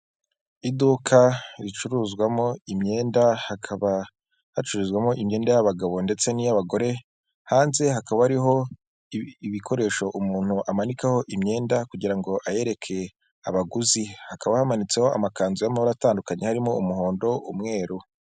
Iduka ricuruzwamo imyenda hakaba hacururizwamo imyenda y'abagabo ndetse n'iy'abagore, hanze hakaba hariho ibikoresho umuntu amanikaho imyenda kugira ngo ayereke abaguzi. Hakaba hamanitseho amakanzu y'amabara atandukanye arimo umuhondo, umweru.